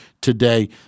today